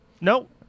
Nope